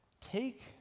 take